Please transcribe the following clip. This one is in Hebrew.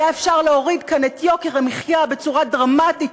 היה אפשר להוריד כאן את יוקר המחיה בצורה דרמטית,